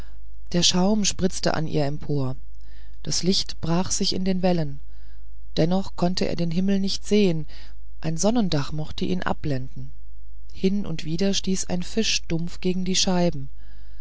der schaum spritzte an ihr empor das licht brach sich in den wellen dennoch konnte er den himmel nicht sehen ein sonnendach mochte ihn abblenden hin und wieder stieß ein fisch dumpf gegen die scheiben